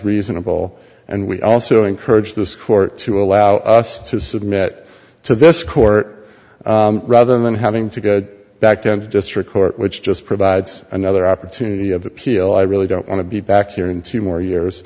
reasonable and we also encourage this court to allow us to submit to this court rather than having to go back to the district court which just provides another opportunity of appeal i really don't want to be back here in three more years